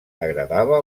agradava